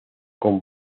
con